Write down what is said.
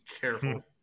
Careful